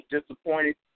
disappointed